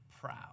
proud